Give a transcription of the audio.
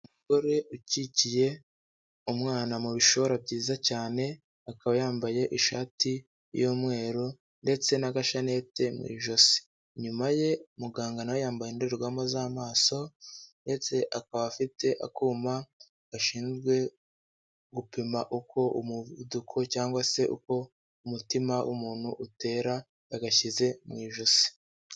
Umugore ukikiye umwana mu bishora byiza cyane akaba yambaye ishati y'umweru ndetse n'agashanete mu ijosi, inyuma ye muganga nawe yambaye indorerwamo z'amaso ndetse akaba afite akuma gashinzwe gupima uko umuvuduko cyangwa se uko umutima w'umuntu utera yagashyize mu ijosi.